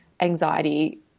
anxiety